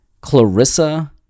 Clarissa